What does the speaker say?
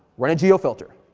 run a geo filter,